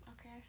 okay